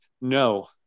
no